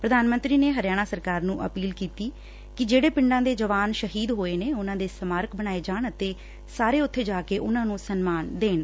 ਪ੍ਰਧਾਨ ਮੰਤਰੀ ਨੇ ਹਰਿਆਣਾ ਸਰਕਾਰ ਨੂੰ ਅਪੀਲ ਕੀਤੀ ਕਿ ਜਿਹੜੇ ਪਿੰਡਾਂ ਦੇ ਜਵਾਨ ਸ਼ਹੀਦ ਹੋਏ ਨੇ ਉਨੂਂ ਦੇ ਸਮਾਰਕ ਬਣਾਏ ਜਾਣ ਅਤੇ ਸਾਰੇ ਉਥੇ ਜਾ ਕੇ ਉਨਾਂ ਨੂੰ ਸਨਮਾਨ ਦੇਣ